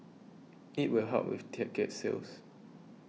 it will help with ticket sales